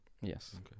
yes